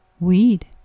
weed